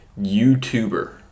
YouTuber